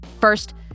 First